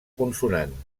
consonant